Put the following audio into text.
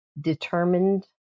determined